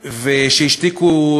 שהשתיקו,